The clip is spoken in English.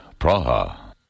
Praha